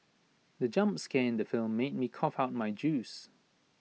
the jump scare in the film made me cough out my juice